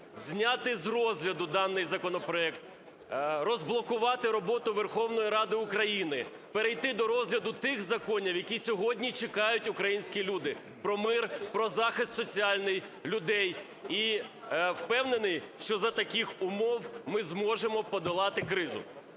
зняти з розгляду даний законопроект. Розблокувати роботу Верховної Ради України. Перейти до розгляду тих законів, яких сьогодні чекають українські люди: про мир, про захист соціальний людей. І впевнений, що за таких умов ми зможемо подолати кризу.